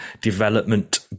development